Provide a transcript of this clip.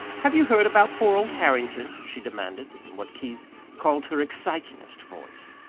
have you heard about poor old harrington? she demanded in what keith called her excitingest voice.